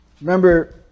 Remember